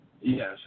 yes